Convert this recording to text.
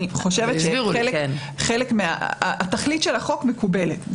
התכלית של הצעת החוק מקובלת.